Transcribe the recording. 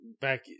back